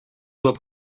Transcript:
doit